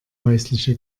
häusliche